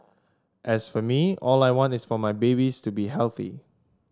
as for me all I want is for my babies to be healthy